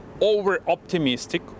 over-optimistic